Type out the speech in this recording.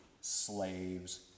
slaves